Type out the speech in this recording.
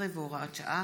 19 והוראת שעה),